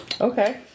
Okay